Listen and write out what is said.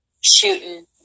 shooting